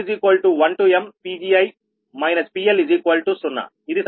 ఇది సమీకరణం 10